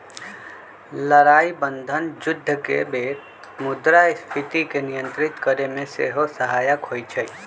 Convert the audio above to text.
लड़ाइ बन्धन जुद्ध के बेर मुद्रास्फीति के नियंत्रित करेमे सेहो सहायक होइ छइ